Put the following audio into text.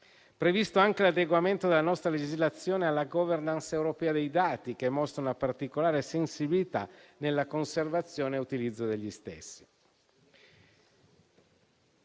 previsto anche l'adeguamento della nostra legislazione alla *governance* europea dei dati, che mostra una particolare sensibilità nella conservazione e utilizzo degli stessi.